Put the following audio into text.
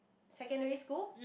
secondary school